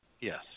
Yes